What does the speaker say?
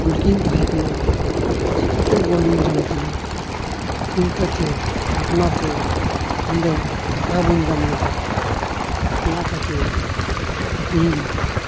ᱜᱩᱞᱠᱤᱧ ᱛᱟᱦᱮᱸ ᱠᱟᱱᱟ ᱪᱤᱠᱟᱹᱛᱮ ᱜᱳᱞᱤᱧ ᱡᱚᱢ ᱠᱮᱫᱟ ᱪᱤᱱᱛᱟᱹ ᱛᱮ ᱵᱷᱟᱵᱽᱱᱟᱛᱮ ᱧᱤᱫᱟᱹ ᱫᱟᱠᱟ ᱵᱟᱹᱧ ᱡᱚᱢ ᱞᱮᱫᱟ ᱚᱱᱟ ᱠᱷᱟᱹᱛᱤᱨ ᱤᱧ